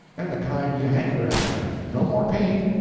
and the kind you hanker after no more pain,